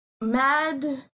Mad